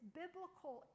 biblical